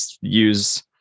use